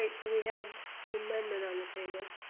so we have the amendment on the table.